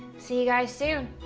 see you guys soon.